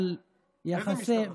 איזו משטרה?